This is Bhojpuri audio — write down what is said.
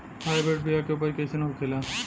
हाइब्रिड बीया के उपज कैसन होखे ला?